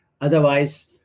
otherwise